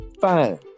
fine